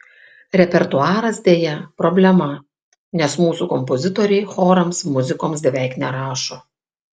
repertuaras deja problema nes mūsų kompozitoriai chorams muzikos beveik nerašo